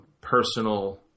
personal